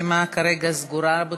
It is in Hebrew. הרשימה כרגע סגורה, רבותי.